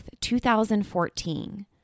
2014